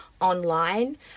online